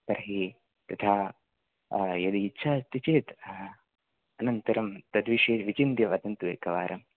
तर्हि यथा यदि इच्छा अस्ति चेत् अनन्तरं तद्विषये विचिन्त्य वदन्तु एकवारम्